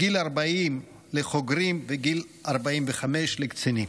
גיל 40 לחוגרים, וגיל 45 לקצינים.